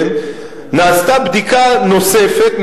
נעשתה בדיקה נוספת,